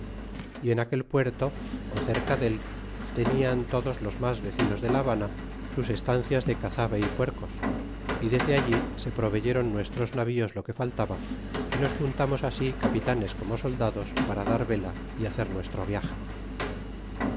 y en aquel puerto ó cerca del tenian todos los mas vecinos de la habana sus estancias de cazabe y puercos y desde allí se proveyeron nuestros navios lo que faltaba y nos juntamos así capitanes como soldados para dar vela y hacer nuestro viage